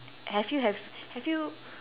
have you have have you